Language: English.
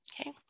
Okay